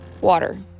Water